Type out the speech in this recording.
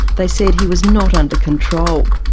they said he was not under control.